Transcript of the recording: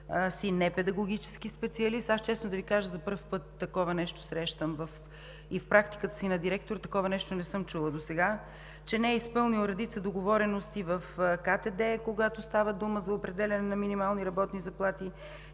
си непедагогически специалист – честно да Ви кажа, за пръв път срещам такова нещо, а и в практиката си на директор досега не съм чула за такова нещо; че не е изпълнил редица договорености в КТД, когато става дума за определяне на минимални работни заплати;